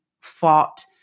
fought